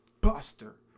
buster